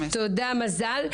תודה, מזל.